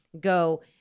go